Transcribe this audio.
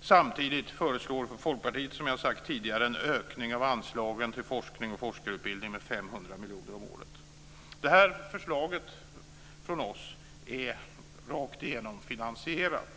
Samtidigt föreslår Folkpartiet, som jag har sagt tidigare, en ökning av anslagen till forskning och forskarutbildning med 500 miljoner om året. Det här förslaget från oss är rakt igenom finansierat.